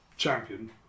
Champion